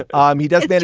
but um he does that.